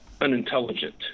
unintelligent